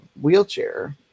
wheelchair